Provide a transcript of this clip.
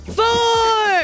four